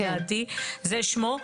זה שמו,